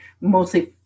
mostly